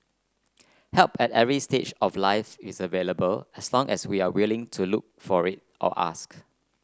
help at every stage of life's is available as long as we are willing to look for it or ask